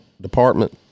department